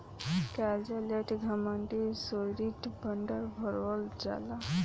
कार्जा लेत घड़ी श्योरिटी बॉण्ड भरवल जाला